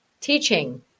teaching